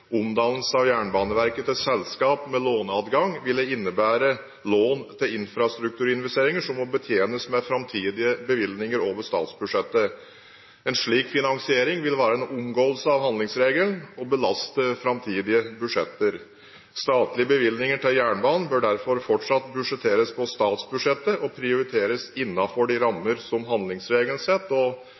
Jernbaneverket til selskap med låneadgang ville innebære lån til infrastrukturinvesteringer som må betjenes med framtidige bevilgninger over statsbudsjettet. En slik finansiering vil være en omgåelse av handlingsregelen og belaste framtidige budsjetter. Statlige bevilgninger til jernbanen bør derfor fortsatt budsjetteres på statsbudsjettet og prioriteres innenfor de rammene som